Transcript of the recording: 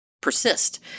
persist